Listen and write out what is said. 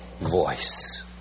voice